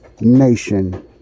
nation